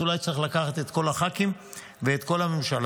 אולי צריך לקחת אליו את כל הח"כים ואת כל הממשלה.